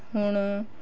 ਹੁਣ